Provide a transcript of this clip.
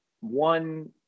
one